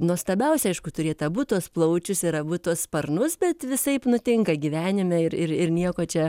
nuostabiausia aišku turėt abu tuos plaučius ir abu tuos sparnus bet visaip nutinka gyvenime ir ir ir nieko čia